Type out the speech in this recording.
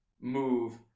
move